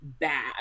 bad